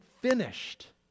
finished